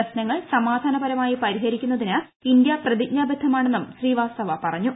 പ്രശ്നങ്ങൾ സമാധാനപരമായി പരിഹരിക്കുന്നതിന് ഇന്ത്യ പ്രതിജ്ഞാബദ്ധമാണെന്നും ശ്രീവാസ്തവ പറഞ്ഞു